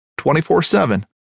24-7